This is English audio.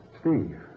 Steve